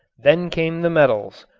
then came the metals,